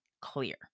clear